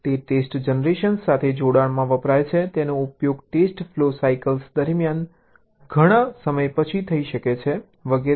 તે test generation સાથે જોડાણમાં વપરાય છે તેનો ઉપયોગ ટેસ્ટ ફ્લો સાયકલ દરમિયાન તેનો ઉપયોગ ઘણા સમય પછી થઈ શકે છે વગેરે